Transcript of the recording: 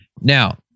Now